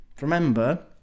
Remember